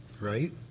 right